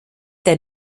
der